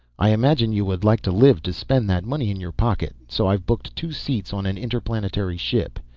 i imagine you would like to live to spend that money in your pocket, so i've booked two seats on an interplanetary ship,